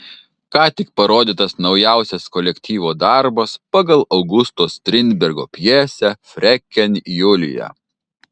ką tik parodytas naujausias kolektyvo darbas pagal augusto strindbergo pjesę freken julija